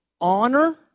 Honor